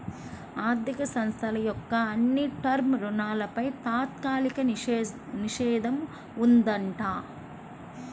ఆర్ధిక సంస్థల యొక్క అన్ని టర్మ్ రుణాలపై తాత్కాలిక నిషేధం ఉందంట